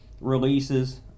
releases